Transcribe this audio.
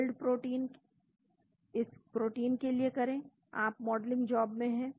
build model इस protein के लिए करें आप मॉडलिंग जॉब में हैं